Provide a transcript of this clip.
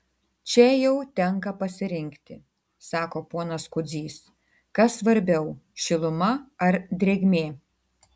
čia jau tenka pasirinkti sako ponas kudzys kas svarbiau šiluma ar drėgmė